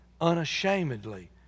unashamedly